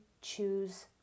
choose